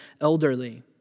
elderly